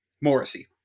Morrissey